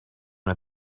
dem